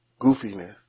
goofiness